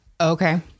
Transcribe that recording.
Okay